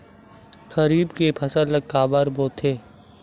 खरीफ के फसल ला काबर बोथे?